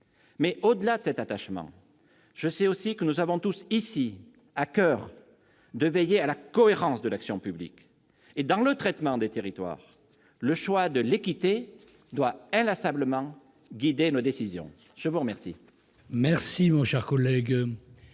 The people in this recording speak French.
Mais, au-delà de cet attachement, je sais aussi que nous avons tous, ici, à coeur de veiller à la cohérence de l'action publique. Dans le traitement des territoires, le choix de l'équité doit inlassablement guider nos décisions. La parole